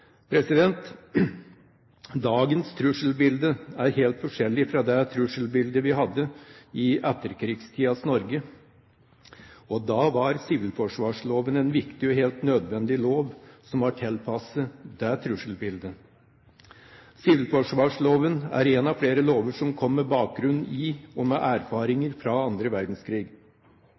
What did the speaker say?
Dagens trusselbilde er helt forskjellig fra det trusselbildet vi hadde i etterkrigstidens Norge. Da var sivilforsvarsloven en viktig og helt nødvendig lov som var tilpasset det trusselbildet. Sivilforsvarsloven er en av flere lover med bakgrunn i og med erfaringer fra annen verdenskrig.